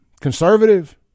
conservative